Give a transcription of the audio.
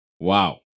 Wow